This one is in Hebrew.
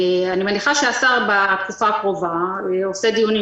אני מניחה שהשר בתקופה הקרובה עושה דיונים,